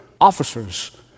officers